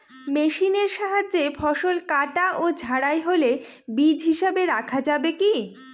মেশিনের সাহায্যে ফসল কাটা ও ঝাড়াই হলে বীজ হিসাবে রাখা যাবে কি?